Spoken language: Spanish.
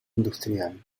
industrial